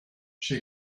she